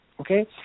Okay